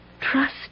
trust